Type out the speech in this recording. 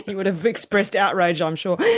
but would have expressed outrage i'm sure.